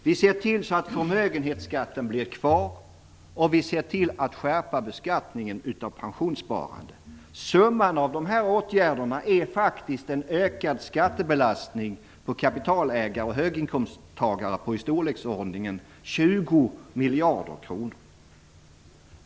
Vi ser till så att förmögenhetsskatten blir kvar. Vi ser till att skärpa beskattningen av pensionssparande. Summan av dessa åtgärder blir faktiskt en ökad skattebelastning på kapitalägare och höginkomsttagare på i storleksordningen 20 miljarder kronor.